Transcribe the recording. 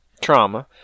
trauma